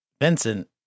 Vincent